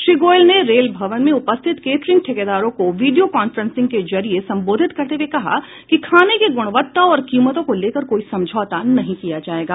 श्री गोयल ने रेल भवन में उपस्थित कैटरिंग ठेकेदारों को वीडियों काफ्रेंसिंग के जरिये संबोधित करते हये कहा कि खाने की गुणवत्ता और कीमतों को लेकर कोई समझौता नहीं किया जायेगा